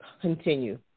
continue